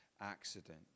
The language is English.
accident